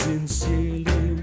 Sincerely